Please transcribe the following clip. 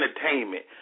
entertainment